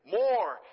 more